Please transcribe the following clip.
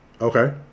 Okay